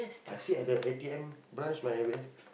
I sit at the a_t_m branch by